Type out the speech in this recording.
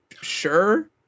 sure